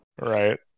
Right